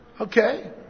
Okay